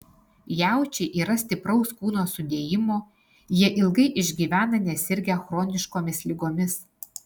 jaučiai yra stipraus kūno sudėjimo jie ilgai išgyvena nesirgę chroniškomis ligomis